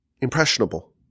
impressionable